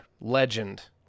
legend